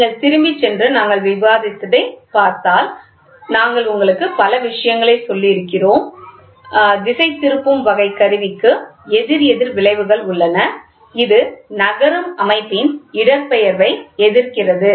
நீங்கள் திரும்பிச் சென்று நாங்கள் விவாதித்ததைப் பார்த்தால் நாங்கள் உங்களுக்கு பல விஷயங்களைச் சொல்லியிருக்கிறோம் திசைதிருப்பும் வகை கருவிக்கு எதிர் எதிர் விளைவுகள் உள்ளன இது நகரும் அமைப்பின் இடப்பெயர்வை எதிர்க்கிறது